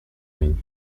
ligne